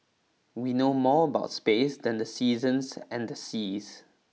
we know more about space than the seasons and the seas